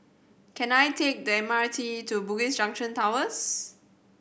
can I take the M R T to Bugis Junction Towers